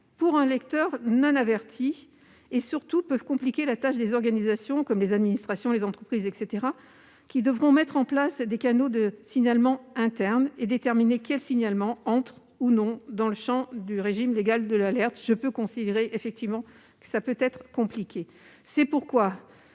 pour un lecteur non averti et, surtout, compliquer la tâche des organisations comme les administrations, les entreprises, etc., qui devront mettre en place des canaux de signalement interne et déterminer quels signalements entrent ou non dans le champ du régime légal de l'alerte. Je conçois en effet que cela puisse paraître complexe, et c'est pourquoi,